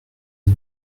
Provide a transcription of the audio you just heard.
une